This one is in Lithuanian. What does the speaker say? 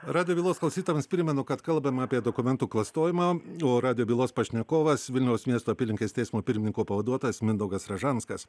radijo bylos klausytojams primenu kad kalbama apie dokumentų klastojimą o radijo bylos pašnekovas vilniaus miesto apylinkės teismo pirmininko pavaduotojas mindaugas ražanskas